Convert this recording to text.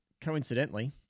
coincidentally